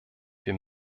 wir